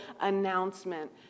announcement